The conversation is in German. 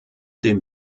den